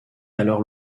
alors